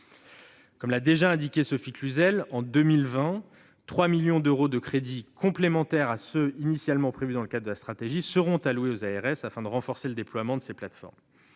Comme l'a déjà indiqué Sophie Cluzel, en 2020, 3 millions d'euros de crédits complémentaires à ceux qui étaient initialement prévus dans le cadre de la stratégie seront alloués aux ARS afin de renforcer le déploiement de ces plateformes.